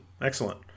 excellent